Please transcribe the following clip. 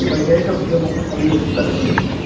ꯍꯣꯏ ꯒꯥꯔꯤ ꯑꯆꯧꯕꯗ ꯃꯈꯣꯏ ꯃꯔꯤ ꯑꯗꯨꯝ ꯆꯠꯂꯁꯤꯅꯦ